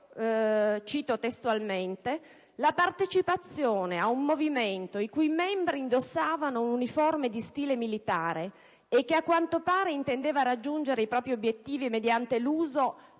- cito testualmente - «la partecipazione a un movimento i cui membri indossavano un'uniforme di stile militare e che a quanto pare intendeva raggiungere i propri obiettivi mediante l'uso potenziale